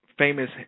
famous